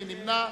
מי נמנע?